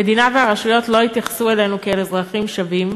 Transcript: המדינה והרשויות לא התייחסו אלינו כאל אזרחים שווים,